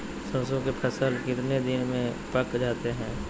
सरसों के फसल कितने दिन में पक जाते है?